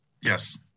Yes